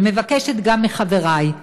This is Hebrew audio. ומבקשת גם מחברי,